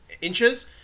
inches